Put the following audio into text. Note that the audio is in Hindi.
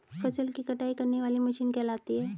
फसल की कटाई करने वाली मशीन कहलाती है?